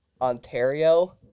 ontario